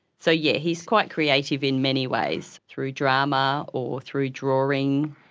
so yeah, he's quite creative in many ways, through drama or through drawing,